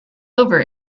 over